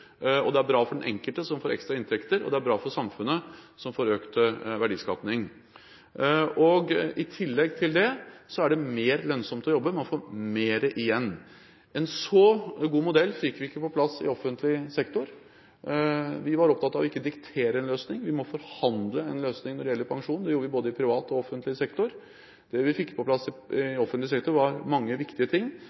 Det er bra for den enkelte, som får ekstra inntekter, og det er bra for samfunnet, som får økt verdiskaping. I tillegg er det mer lønnsomt å jobbe, man får mer igjen. En så god modell fikk vi ikke på plass i offentlig sektor. Vi var opptatt av ikke å diktere en løsning. Vi må forhandle en løsning når det gjelder pensjon. Det gjorde vi i både privat og offentlig sektor. Det vi fikk på plass i offentlig sektor, var mange viktige ting,